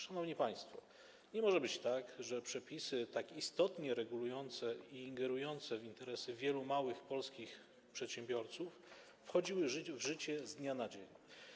Szanowni państwo, nie może być tak, że przepisy tak istotnie regulujące interesy i ingerujące w interesy wielu małych polskich przedsiębiorców wejdą w życie z dnia na dzień.